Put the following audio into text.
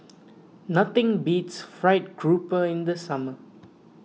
nothing beats Fried Grouper in the summer